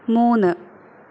മൂന്ന്